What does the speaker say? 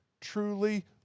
truly